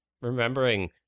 Remembering